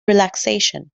relaxation